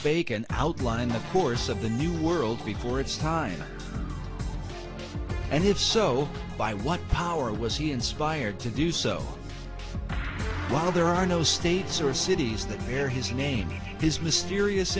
bacon outline a course of the new world before its time and if so by what power was he inspired to do so while there are no states or cities that hear his name his mysterious